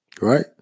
Right